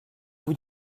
vous